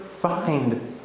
find